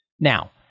Now